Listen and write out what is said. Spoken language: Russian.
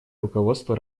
руководство